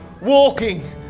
walking